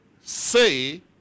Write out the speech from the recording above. say